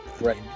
right